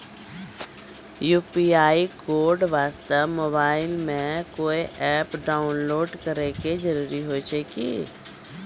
UPI code वास्ते mobile मे कोय एप्प डाउनलोड करे के जरूरी होय छै की?